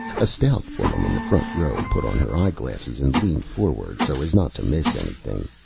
a stout woman in the front row put on her eye-glasses and leaned forward so as not to miss anything.